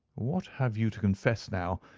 what have you to confess now?